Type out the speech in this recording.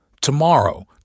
Tomorrow